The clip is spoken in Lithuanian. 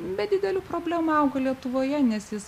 be didelių problemų auga lietuvoje nes jis